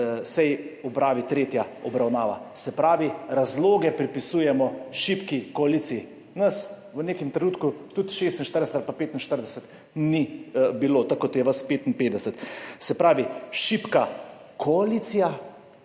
seji opravi tretja obravnava. Se pravi razloge pripisujemo šibki koaliciji. Nas v nekem trenutku tudi 46 ali pa 45 ni bilo tako kot je vas 55. Se pravi šibka koalicija